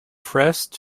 pressed